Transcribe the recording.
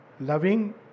loving